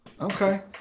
Okay